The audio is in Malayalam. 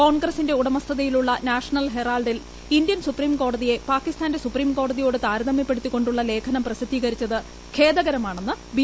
കോൺഗ്രസിന്റെ ഉടമസ്ഥതയിലുള്ള നാഷണൽ ഹെറാൾഡിൽ ഇന്ത്യൻ സുപ്രീം കോടതിയെ പാകിസ്ഥാന്റെ സുപ്രീം കോടതിയോട്ട് താരതമ്യപ്പെടുത്തിക്കൊ ുള്ള ലേഖനം പ്രസിദ്ധീകരിച്ചത് ഖേദകരമാണെന്ന് ബി